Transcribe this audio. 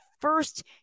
first